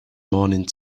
morning